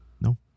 No